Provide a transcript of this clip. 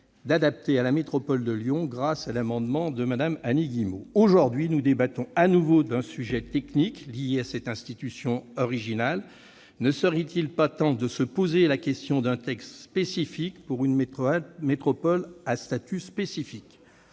l'adapter à la métropole de Lyon, grâce à un amendement de Mme Annie Guillemot. Cet après-midi, nous débattons de nouveau d'un sujet technique lié à cette institution originale. Ne serait-il pas temps de se poser la question d'un texte spécifique pour une métropole à statut spécifique ?